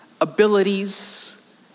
abilities